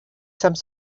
some